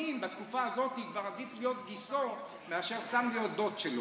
לפעמים בתקופה הזאת כבר עדיף להיות גיסו מאשר להיות סתם דוד שלו.